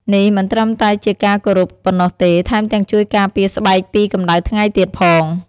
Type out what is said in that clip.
នេះមិនត្រឹមតែជាការគោរពប៉ុណ្ណោះទេ ថែមទាំងជួយការពារស្បែកពីកម្ដៅថ្ងៃទៀតផង។